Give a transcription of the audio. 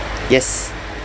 yes